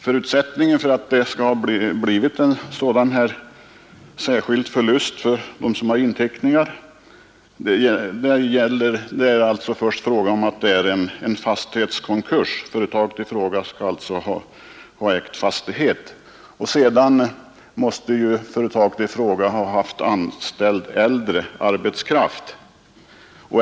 Förutsättningen för att en sådan särskild förlust skall uppstå för dem som har inteckningar är ju i första hand att företaget skall ha ägt fastighet. Vidare skall företaget ha haft äldre arbetskraft anställd.